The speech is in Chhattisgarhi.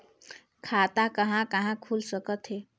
खाता कहा कहा खुल सकथे?